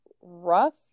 rough